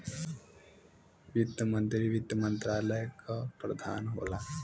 वित्त मंत्री वित्त मंत्रालय क प्रधान होला